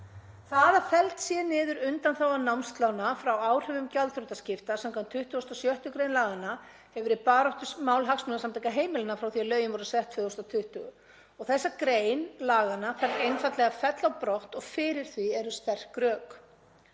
Það að felld sé niður undanþága námslána frá áhrifum gjaldþrotaskipta samkvæmt 26. gr. laganna hefur verið baráttumál Hagsmunasamtaka heimilanna frá því að lögin voru sett 2020. Þessa grein laganna þarf einfaldlega að fella brott og fyrir því eru sterk rök.